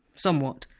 somewhat.